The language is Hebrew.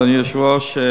אדוני היושב-ראש,